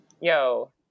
Yo